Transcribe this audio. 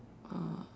oh